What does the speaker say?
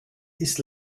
ist